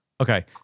Okay